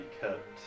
kept